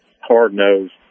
hard-nosed